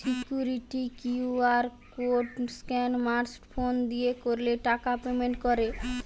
security QR code scan smart phone দিয়ে করলে টাকা পেমেন্ট করে